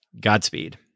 Godspeed